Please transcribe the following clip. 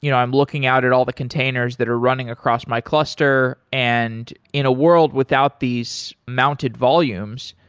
you know i'm looking out at all the containers that are running across my cluster, and in a world without these mounted volumes,